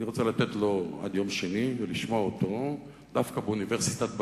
אני רוצה לתת לו עד יום שני ולשמוע אותו דווקא באוניברסיטת בר-אילן.